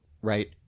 right